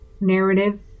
narrative